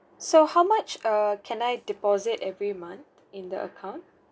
so how much err can I deposit every month in the account